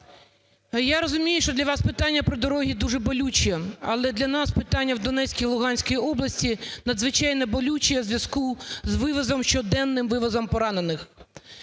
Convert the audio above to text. Я розумію, що для вас питання про дороги дуже болюче, але для нас питання в Донецькій, Луганській областях надзвичайно болюче в зв'язку з вивозом, щоденним вивозом поранених.